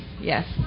yes